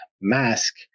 mask